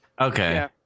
okay